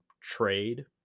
trade